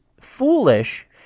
foolish